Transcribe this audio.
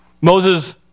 Moses